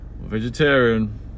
vegetarian